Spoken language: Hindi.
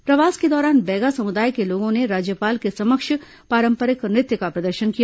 प्रवास के दौरान बैगा समुदाय के लोगों ने राज्यपाल के समक्ष पारंपरिक नृत्य का प्रदर्शन किया